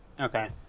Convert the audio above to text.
Okay